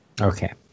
Okay